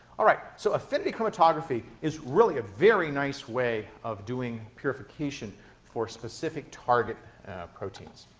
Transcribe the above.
alright, so affinity chromatography is really a very nice way of doing purification for specific target proteins.